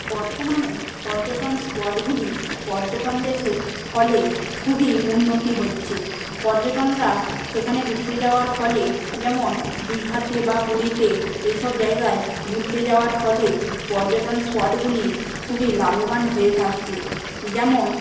বর্তমানে পর্যটন স্পটগুলি পর্যটনদের ফলে খুবই উন্নতি হচ্ছে পর্যটকরা সেখানে ঘুরতে যাওয়ার ফলে যেমন দীঘাতে বা পুরীতে এইসব জায়গায় ঘুরতে যাওয়ার ফলে পর্যটন স্পটগুলি খুবই লাভবান হয়ে থাকছে যেমন